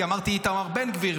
כי אמרתי "איתמר בן גביר",